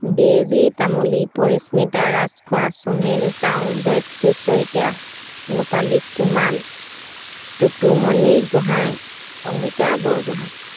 daisy Tamuli Parismita Rajkhowa Sunil টাউন জয়শ্ৰী শইকীয়া ৰূপালী কুমাল টুটুমণি গোহাঁই অংগিকা বৰগোহাঁই